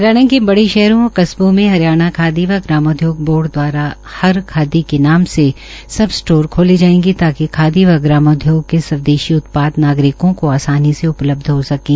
हरियाणा के बड़े शहरों व कस्बों में हरियाणा खादी व ग्रामोंधोग बोर्ड दवारा हर खादी के नाम से सब स्टोर खोले जायेंगे तकिा खादी व ग्रामोधोग के स्वदेशी उत्पाद नागरिकों को आसानी से उपलब्ध हो सकें